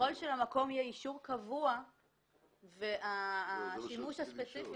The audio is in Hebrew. ככל שלמקום יהיה אישור קבוע והשימוש הספציפי